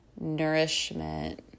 nourishment